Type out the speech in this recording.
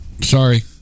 Sorry